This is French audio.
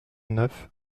neuf